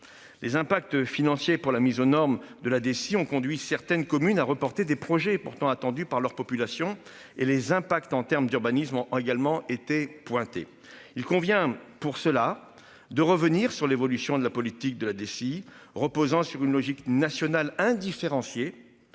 Les impacts financiers pour la mise aux normes de la DSI ont conduit certaines communes à reporter des projets pourtant attendu par leur population, et les impacts en terme d'urbanisme a également été pointé il convient pour cela de revenir sur l'évolution de la politique de la DSI reposant sur une logique nationale indifférencié.